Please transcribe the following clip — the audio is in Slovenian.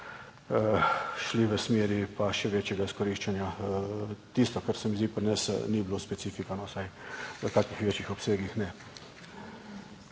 šli v smeri pa še večjega izkoriščanja, tisto, kar se mi zdi, pri nas ni bilo specifika, vsaj v kakšnih večjih obsegih ne.